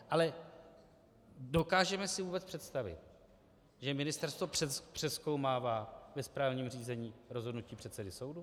Ale dokážeme si vůbec představit, že ministerstvo přezkoumává ve správním řízení rozhodnutí předsedy soudu?